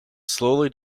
slowly